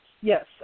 Yes